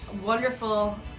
wonderful